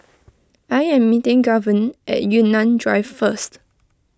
I am meeting Gavyn at Yunnan Drive first